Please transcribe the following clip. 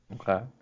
Okay